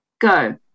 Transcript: Go